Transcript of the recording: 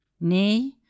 nay